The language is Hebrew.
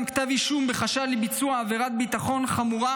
כתב אישום בחשד לביצוע עבירת ביטחון חמורה